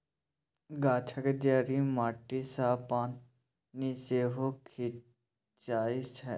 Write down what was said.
गाछक जड़ि माटी सँ पानि सेहो खीचई छै